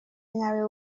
nyawe